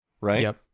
right